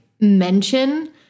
mention